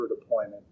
deployment